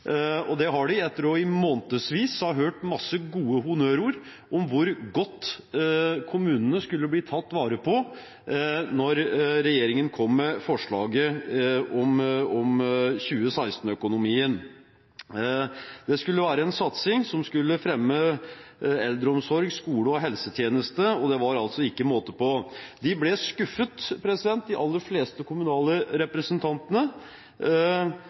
regjeringens kommuneopplegg for 2016, etter i månedsvis å ha hørt masse gode honnørord om hvor godt kommunene skulle bli tatt vare på når regjeringen kom med forslaget til 2016-økonomien. Det skulle være en satsing som skulle fremme eldreomsorg, skole- og helsetjeneste – det var altså ikke måte på. De ble skuffet, de aller fleste kommunale representantene.